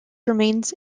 remains